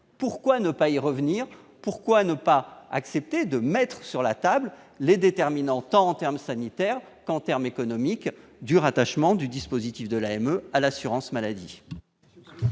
pourquoi ne pas y revenir, pourquoi ne pas accepter de mettre sur la table les déterminante en terme sanitaire en terme économique du rattachement du dispositif de la même à l'assurance maladie.